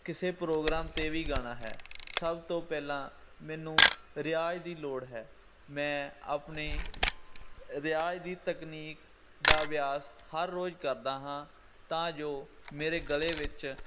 ਕਿਸੇ ਪ੍ਰੋਗਰਾਮ 'ਤੇ ਵੀ ਗਾਉਣਾ ਹੈ ਸਭ ਤੋਂ ਪਹਿਲਾਂ ਮੈਨੂੰ ਰਿਆਜ਼ ਦੀ ਲੋੜ ਹੈ ਮੈਂ ਆਪਣੇ ਰਿਆਜ਼ ਦੀ ਤਕਨੀਕ ਦਾ ਅਭਿਆਸ ਹਰ ਰੋਜ਼ ਕਰਦਾ ਹਾਂ ਤਾਂ ਜੋ ਮੇਰੇ ਗਲੇ ਵਿੱਚ